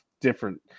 different